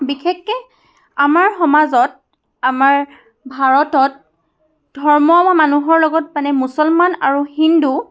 বিশেষকৈ আমাৰ সমাজত আমাৰ ভৰতত ধৰ্ম বা মানুহৰ লগত মানে মুছলমান আৰু হিন্দু